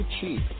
cheap